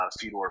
Fedor